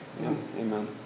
amen